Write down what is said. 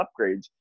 upgrades